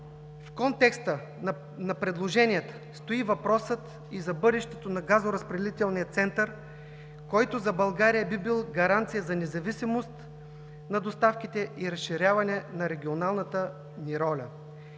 В контекста на предложението стои въпросът и за бъдещето на газоразпределителния център, който за България би бил гаранция за независимост на доставките и разширяване на регионалната ни роля.